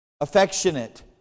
affectionate